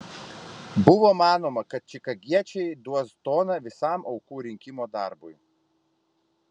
buvo manoma kad čikagiečiai duos toną visam aukų rinkimo darbui